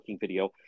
video